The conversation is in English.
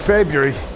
February